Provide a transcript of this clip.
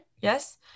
yes